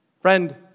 Friend